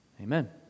Amen